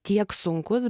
tiek sunkus